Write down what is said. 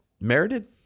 merited